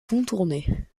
contourner